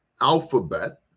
Alphabet